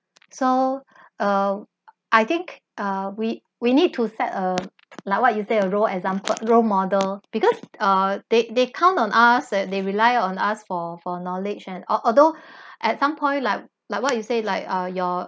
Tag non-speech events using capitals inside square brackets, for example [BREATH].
so uh I think uh we we need to set a like what you said a role exam~ role model because uh they they count on us and they rely on us for for knowledge and al~ although [BREATH] at some point like like what you said like uh your